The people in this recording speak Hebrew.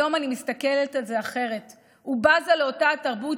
היום אני מסתכלת על זה אחרת ובזה לאותה תרבות